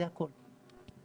זה הכול.